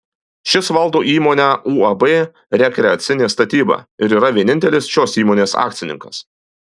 šis valdo įmonę uab rekreacinė statyba ir yra vienintelis šios įmonės akcininkas